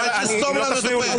המיקרופון, אל תסגור לנו את הפה.